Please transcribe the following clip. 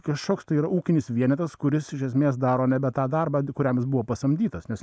kažkoks tai yra ūkinis vienetas kuris iš esmės daro nebe tą darbą kuriam jis buvo pasamdytas nes